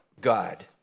God